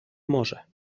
morze